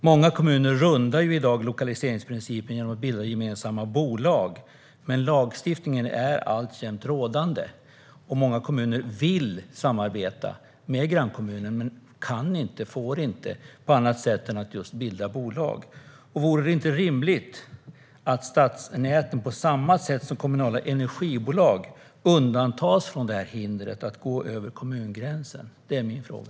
Herr talman! Många kommuner rundar i dag lokaliseringsprincipen genom att bilda gemensamma bolag. Men lagstiftningen är alltjämt rådande. Många kommuner vill samarbeta med grannkommunen men kan inte och får inte på annat sätt än just genom att bilda bolag. Vore det inte rimligt att stadsnäten på samma sätt som kommunala energibolag undantas från det här hindret att gå över kommungränsen? Det är min fråga.